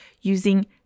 using